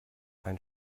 ein